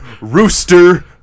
rooster